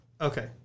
Okay